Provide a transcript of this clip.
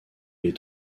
les